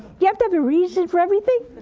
you have to have a reason for everything?